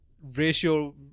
ratio